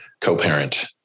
co-parent